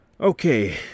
Okay